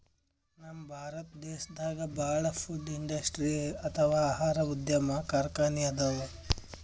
ನಮ್ ಭಾರತ್ ದೇಶದಾಗ ಭಾಳ್ ಫುಡ್ ಇಂಡಸ್ಟ್ರಿ ಅಥವಾ ಆಹಾರ ಉದ್ಯಮ್ ಕಾರ್ಖಾನಿ ಅದಾವ